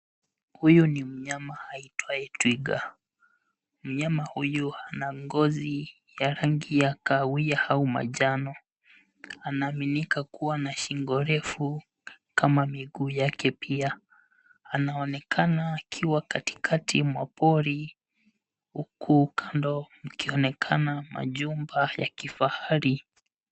Huyu ni mnyama aitwaye twiga. Mnyama huyu ana ngozi ya rangi ya kahawia au manjano. Anaaminika kuwa na shingo refu kama miguu yake pia. Anaonekana akiwa katikati mwa pori huku kando kukionekana majumba ya kifahari.